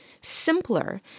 simpler